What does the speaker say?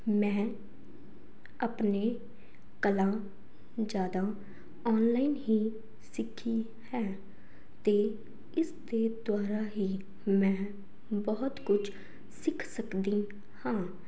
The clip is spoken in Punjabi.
ਮੈਂ ਆਪਣੇ ਕਲਾ ਜ਼ਿਆਦਾ ਆਨਲਾਈਨ ਹੀ ਸਿੱਖੀ ਹੈ ਅਤੇ ਇਸ ਦੇ ਦੁਆਰਾ ਹੀ ਮੈਂ ਬਹੁਤ ਕੁਝ ਸਿੱਖ ਸਕਦੀ ਹਾਂ